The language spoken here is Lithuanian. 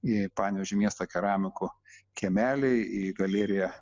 į panevėžio miesto keramikų kiemelį į galeriją